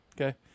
Okay